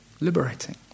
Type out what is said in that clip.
liberating